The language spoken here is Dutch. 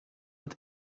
het